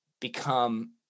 become